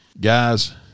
guys